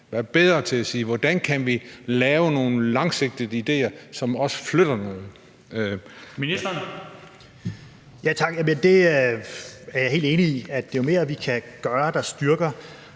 Hvordan kan vi lave nogle langsigtede ideer, som også flytter noget?